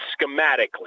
Schematically